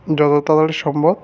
যত তাড়াতাড়ি সম্ভব